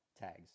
tags